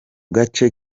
gace